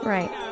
Right